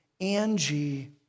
Angie